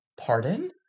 pardon